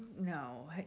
No